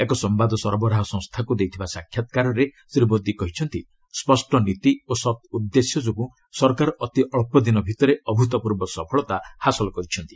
ଏକ ସମ୍ଭାଦ ସରବରାହ ସଂସ୍ଥାକୁ ଦେଇଥିବା ସାକ୍ଷାତ୍କାରରେ ଶ୍ରୀ ମୋଦି କହିଛନ୍ତି ସ୍ୱଷ୍ଟ ନୀତି ଓ ସତ୍ ଉଦ୍ଦେଶ୍ୟ ଯୋଗୁଁ ସରକାର ଅତି ଅଳ୍ପ ଦିନ ଭିତରେ ଅଭ୍ତପୂର୍ବ ସଫଳତା ହାସଲ କରିଛନ୍ତି